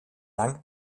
lang